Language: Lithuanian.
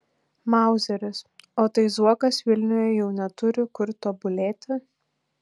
mauzeris o tai zuokas vilniuje jau neturi kur tobulėti